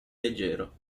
leggero